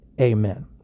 Amen